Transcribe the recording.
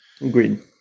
Agreed